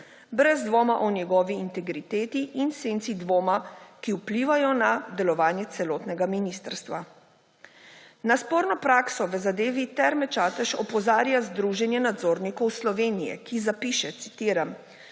brez dvoma o njegovi integriteti in senci dvoma, ki vplivajo na delovanje celotnega ministrstva. Na sporno prakso v zadevi Terme Čatež opozarja Združenje nadzornikov Slovenije, ki je zapisalo, citiram: